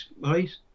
right